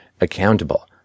accountable